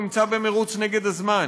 נמצא במירוץ נגד הזמן,